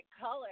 color